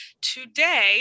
today